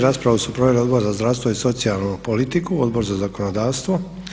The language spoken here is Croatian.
Raspravu su proveli Odbor za zdravstvo i socijalnu politiku, Odbor za zakonodavstvo.